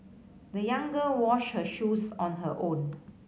the young girl washed her shoes on her own